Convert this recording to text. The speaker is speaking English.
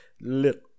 little